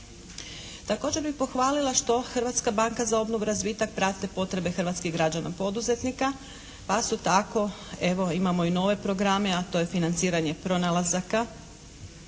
Također bi pohvalila što Hrvatska banka za obnovu i razvitak prate potrebe hrvatskih građana poduzetnika pa su tako evo, imamo i nove programe a to je financiranje pronalazaka